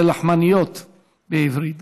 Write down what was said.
זה לחמניות בעברית,